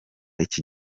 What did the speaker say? iki